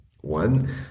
one